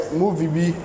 movie